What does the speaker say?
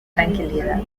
tranquilidad